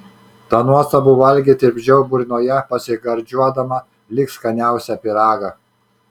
tą nuostabų valgį tirpdžiau burnoje pasigardžiuodama lyg skaniausią pyragą